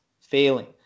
failing